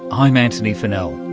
i'm antony funnell.